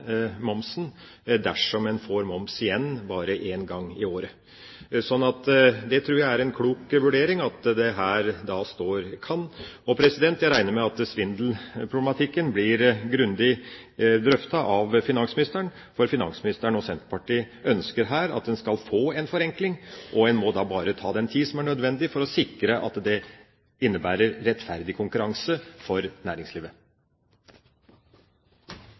momsen dersom en får moms igjen bare en gang i året. Jeg tror det er en klok vurdering at det da står «kan». Jeg regner med at svindelproblematikken blir grundig drøftet av finansministeren. Finansministeren og Senterpartiet ønsker her at en skal få en forenkling. En må da bare ta den tid som er nødvendig for å sikre at det innebærer rettferdig konkurranse for næringslivet.